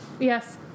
Yes